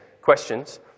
questions